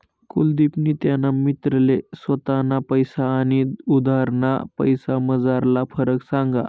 कुलदिपनी त्याना मित्रले स्वताना पैसा आनी उधारना पैसासमझारला फरक सांगा